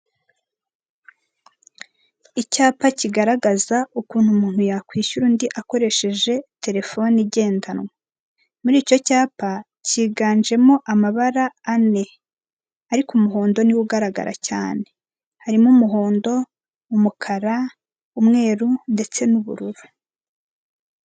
Icyapa kigaragaza ukuntu umuntu yakwishyura undi akoresheje terefone igenanwa, muri icyo cyapa kiganjemo amabara ane, ariko umuhondo niwo ugaragara cyane, harimo umuhondo, umukara, umweru, ndetse n'ubururu.